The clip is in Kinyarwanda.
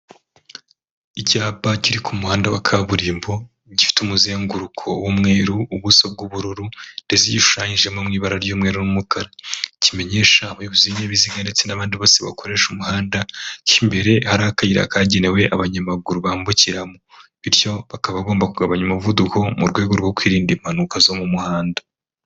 Icyapa kiri ku muhanda wa kaburimbo gifite umuzenguruko w'u umweru ubuso bw'ubururu ndetse gishushanyijemo ibara ry'umweru n’umukara kimenyesha abayobozi b'inyabiziga ndetse n'abandi bose bakoresha umuhanda ko imbere ari akayira kagenewe abanyamaguru bambukiramo bityo bakaba bagomba kugabanya umuvuduko mu rwego rwo kwirinda impanuka zo mu muhanda.